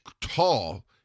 tall